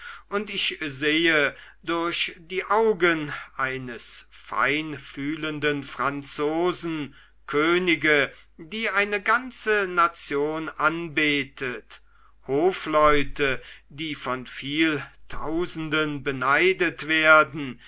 und ich sehe durch die augen eines feinfühlenden franzosen könige die eine ganze nation anbetet hofleute die von viel tausenden beneidet werden